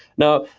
now,